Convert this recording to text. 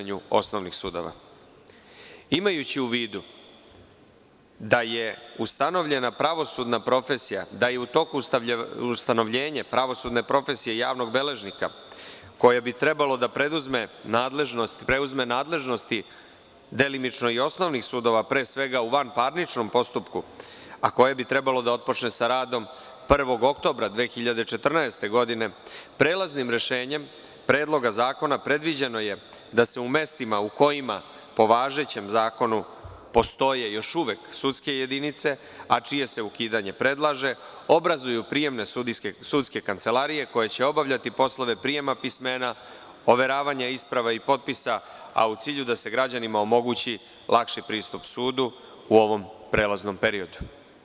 Imajući u vidu da je ustanovljena pravosudna profesija, da je u toku ustanovljenje pravosudne profesije i javnog beležnika, koje bi trebalo da preuzmu nadležnosti delimično i osnovnih sudova, pre svega u vanparničnom postupku, a koje bi trebalo da otpočne sa radom 1. oktobra 2014. godine, prelaznim rešenjem Predloga zakona predviđeno je da se u mestima u kojima po važećem zakonu postoje još uvek sudske jedinice, a čije se ukidanje predlaže, obrazuju prijemne sudske kancelarije koje će obavljati poslove prijema pismena, overavanje isprava i potpisa, a u cilju da se građanima omogući lakši pristup sudu u ovom prelaznom periodu.